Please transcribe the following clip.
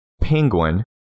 penguin